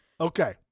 Okay